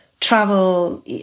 travel